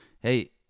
hey